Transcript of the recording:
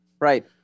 Right